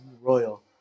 Royal